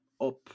up